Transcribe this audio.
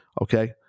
okay